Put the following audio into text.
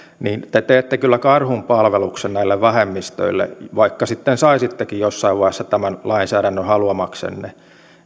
te teette kyllä karhunpalveluksen näille vähemmistöille vaikka sitten saisittekin jossain vaiheessa tämän lainsäädännön haluamaksenne